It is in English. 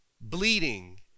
bleeding